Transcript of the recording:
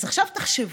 אז עכשיו תחשבו: